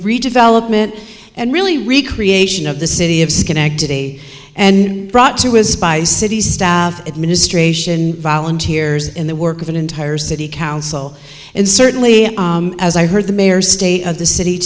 redevelopment and really recreate of the city of schenectady and brought to his by city staff administration volunteers and the work of an entire city council and certainly as i heard the mayor state of the city